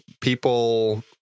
people